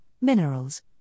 minerals